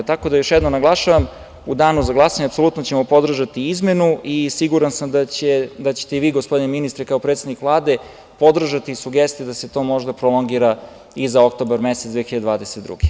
Još jednom naglašavam, apsolutno ćemo podržati izmenu i siguran sam da ćete i vi, gospodine ministre, kao predsednik Vlade, podržati sugestiju da se to možda prolongira i za oktobar mesec 2022. godine.